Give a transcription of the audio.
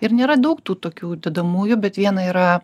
ir nėra daug tų tokių dedamųjų bet viena yra